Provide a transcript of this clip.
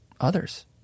others